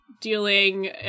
dealing